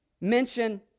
mention